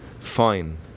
fine